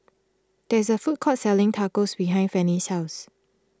there is a food court selling Tacos behind Fannie's house